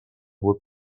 would